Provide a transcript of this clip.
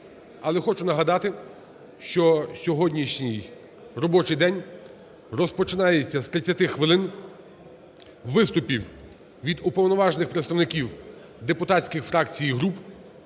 Але хочу нагадати, що сьогоднішній робочий день розпочинається з 30 хвилин виступів від уповноважених представників депутатських фракцій і груп.